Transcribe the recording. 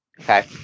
Okay